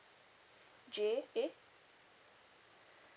J A